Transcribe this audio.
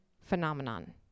phenomenon